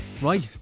Right